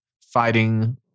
fighting